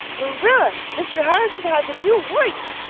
marilla, mr. harrison has a new wife.